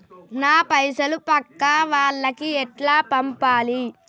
నా పైసలు పక్కా వాళ్లకి ఎట్లా పంపాలి?